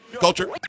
culture